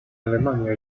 alemania